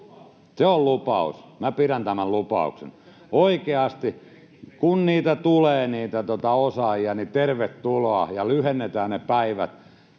Se on lupaus. Minä pidän tämän lupauksen. — Oikeasti, kun tulee niitä osaajia, niin tervetuloa, ja lyhennetään ne päivät